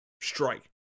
strike